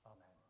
Amen